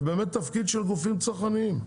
זה באמת תפקיד של גופים צרכניים.